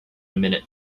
minute